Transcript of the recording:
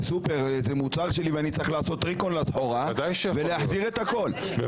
סופר איזה מוצר שלי ואני אצטרך לעשות ריקול לסחורה ולהחזיר את הכל.